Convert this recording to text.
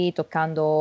toccando